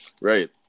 Right